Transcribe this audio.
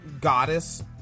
goddess